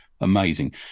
Amazing